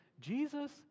Jesus